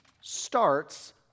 starts